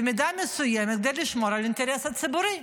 במידה מסוימת כדי לשמור על האינטרס הציבורי.